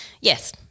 yes